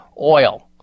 oil